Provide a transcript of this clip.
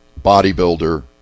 bodybuilder